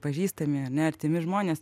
pažįstami ar ne artimi žmonės